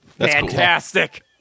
Fantastic